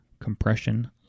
compression